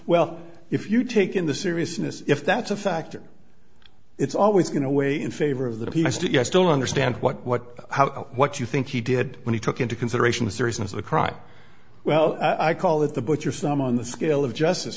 well if you take in the seriousness if that's a factor it's always going away in favor of that he must yes still understand what what how what you think he did when he took into consideration the seriousness of the crime well i call it the boat your some on the scale of justice